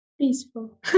peaceful